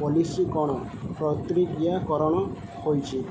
policy କ'ଣ ପ୍ରତିକ୍ରିୟାକରଣ ହୋଇଛି